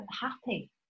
happy